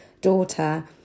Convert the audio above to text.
daughter